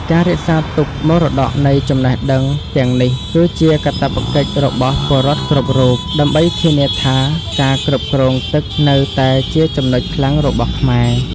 ការរក្សាទុកមរតកនៃចំណេះដឹងទាំងនេះគឺជាកាតព្វកិច្ចរបស់ពលរដ្ឋគ្រប់រូប ដើម្បីធានាថាការគ្រប់គ្រងទឹកនៅតែជាចំណុចខ្លាំងរបស់ខ្មែរ។